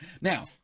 Now